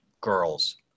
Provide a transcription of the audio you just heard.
girls